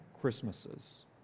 Christmases